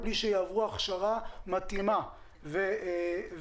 בלי שיעברו הכשרה מתאימה ויעילה.